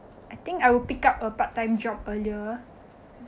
i think I will pick up a part time job earlier